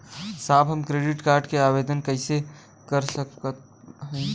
साहब हम credit card क आवेदन कइसे कर सकत हई?